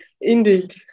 Indeed